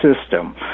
system